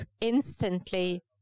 instantly